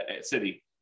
city